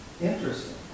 Interesting